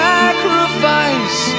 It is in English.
sacrifice